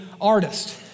artist